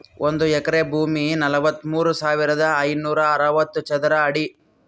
ಒಂದು ಎಕರೆ ಭೂಮಿ ನಲವತ್ಮೂರು ಸಾವಿರದ ಐನೂರ ಅರವತ್ತು ಚದರ ಅಡಿ